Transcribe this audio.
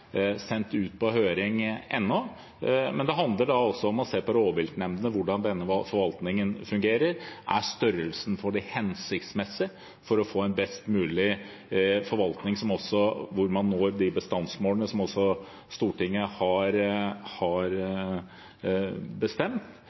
sendt ut på høring ennå. Det handler også om å se på rovviltnemndene og hvordan forvaltningen fungerer – er størrelsen på dem hensiktsmessig for å få en best mulig forvaltning hvor man når de bestandsmålene som Stortinget har bestemt,